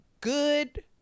good